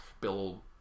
Bill